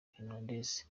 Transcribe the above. fernandes